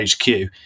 HQ